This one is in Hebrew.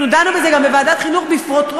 אנחנו דנו בזה גם בוועדת החינוך בפרוטרוט.